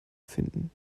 finden